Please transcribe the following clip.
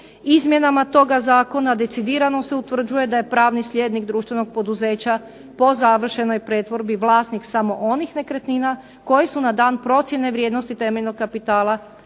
Izmjenama toga zakona decidirano se utvrđuje da je pravni sljednik društvenog poduzeća po završenoj pretvorbi vlasnik samo onih nekretnina koje su na dan procjene vrijednosti temeljnog kapitala